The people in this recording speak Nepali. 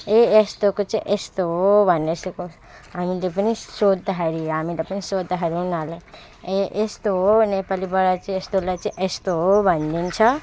ए यस्तोको चाहिँ यस्तो हो भन्ने सिकाउँछ हामीले पनि सोद्धाखेरि हामीलाई पनि सोद्धाखेरि उनीहरूले ए यस्तो हो नेपालीबाट चाहिँ यस्तोलाई चाहिँ यस्तो हो भनिदिन्छ